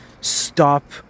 stop